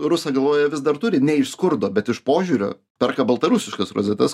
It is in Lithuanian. rusą galvoje vis dar turi ne iš skurdo bet iš požiūrio perka baltarusiškas rozetes